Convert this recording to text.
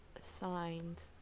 signed